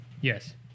Yes